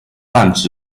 泛指